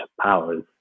powers